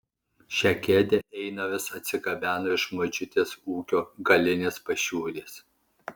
šią kėdę einaras atsigabeno iš močiutės ūkio galinės pašiūrės